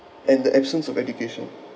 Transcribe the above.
and the absence of education